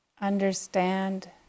understand